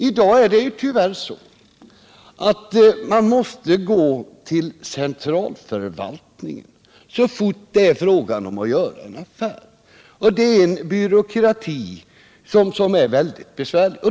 I dag är det tyvärr så att man måste gå till centralförvaltningen så fort det är fråga om att göra en affär. Det är en byråkrati som är väldigt besvärlig.